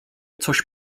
coś